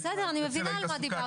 בסדר, אני מבינה על מה דיברת.